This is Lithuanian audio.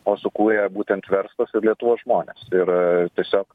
o sukūrė būtent verslas ir lietuvos žmonės ir tiesiog